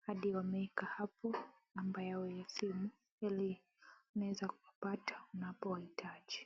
Hadi wameweka hapo namba yao ya simu ili unaweza kupata unapowahitaji.